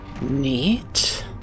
Neat